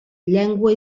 llengua